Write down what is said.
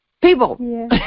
people